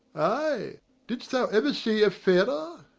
ay didst thou ever see a fairer?